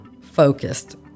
focused